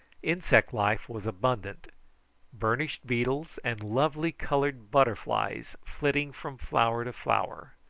insect life was abundant burnished beetles and lovely coloured butterflies flitting from flower to flower.